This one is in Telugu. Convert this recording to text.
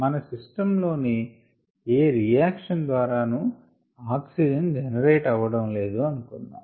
మం సిస్టం లో ఏ రియాక్షన్ ద్వారానూ ఆక్సిజన్ జెనరేట్ అవ్వడం లేదు అనుకుందాము